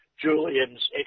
Julian's